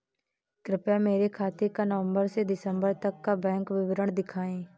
कृपया मेरे खाते का नवम्बर से दिसम्बर तक का बैंक विवरण दिखाएं?